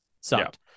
sucked